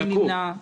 מי נמנע?